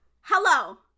Hello